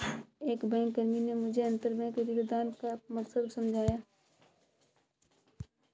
एक बैंककर्मी ने मुझे अंतरबैंक ऋणदान का मकसद समझाया